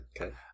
okay